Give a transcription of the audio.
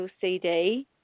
CD